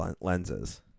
lenses